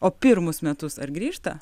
o pirmus metus ar grįžta